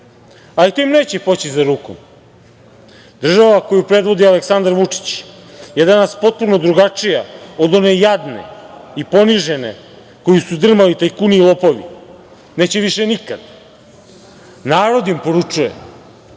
ali to im neće poći za rukom. Država koju predvodi Aleksandar Vučić je danas potpuno drugačija od one jadne i ponižene koju su drmali tajkuni i lopovi. Neće više nikada. Narod im poručuje